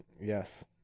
yes